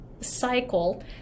cycle